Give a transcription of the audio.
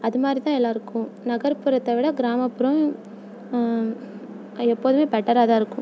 அதுமாதிரிதான் எல்லாருக்கும் நகர்புறத்தை விட கிராமப்புறம் எப்போதுமே பெட்டராகதான் இருக்கும்